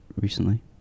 recently